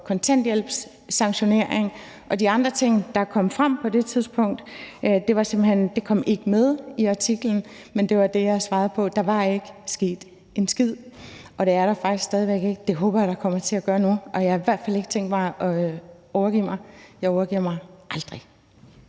kontanthjælpssanktionering og de andre ting, der kom frem på det tidspunkt – og det kom ikke med i artiklen. Men det var det, jeg svarede på. Der var ikke »sket en skid«, og det er der faktisk stadig væk ikke. Det håber jeg der kommer til at gøre nu, og jeg har i hvert fald ikke tænkt mig at overgive mig. Jeg overgiver mig aldrig.